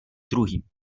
druhým